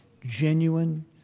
Genuine